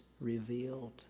revealed